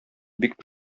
бик